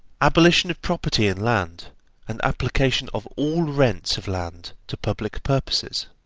abolition of property in land and application of all rents of land to public purposes.